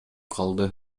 калды